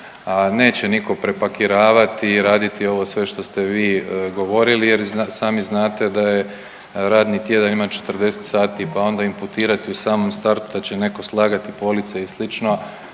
neće nitko prepakiravati i raditi ovo sve što ste vi govorili jer i sami znate da je radni tjedan ima 40 sati, pa onda imputirati u samom startu da će netko slagati police i